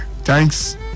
thanks